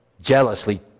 jealously